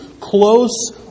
close